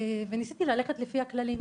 וניסיתי ללכת לפי הכללים.